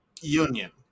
union